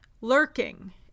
Lurking